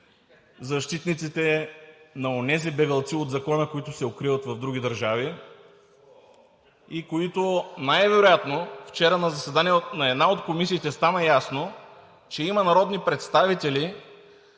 защитниците на онези бегълци от Закона, които се укриват в други държави и които най-вероятно – вчера на заседание на една от Комисиите стана ясно, че има народни представители,